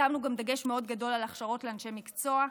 שמנו גם דגש מאוד גדול על הכשרות לאנשי מקצוע.